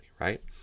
right